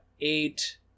eight